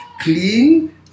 clean